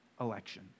election